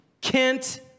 Kent